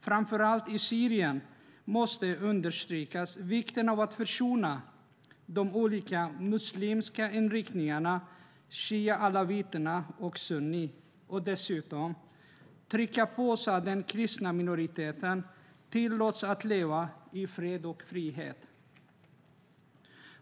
Framför allt i Syrien måste understrykas vikten av att försona de olika muslimska inriktningarna, shia/alawiter och sunni, och dessutom tryckas på så att den kristna minoriteten tillåts leva i fred och frihet.